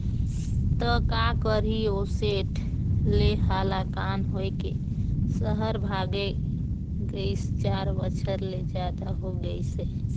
त का करही ओ सेठ ले हलाकान होए के सहर भागय गइस, चार बछर ले जादा हो गइसे